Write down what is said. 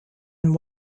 and